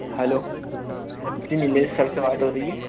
hello ji Nilesh sir से बात हो रही है